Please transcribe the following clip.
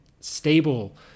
stable